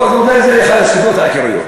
לא, אז אולי זו אחת הסיבות העיקריות.